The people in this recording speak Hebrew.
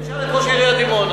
הנה, תשאל את ראש עיריית דימונה.